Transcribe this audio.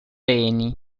reni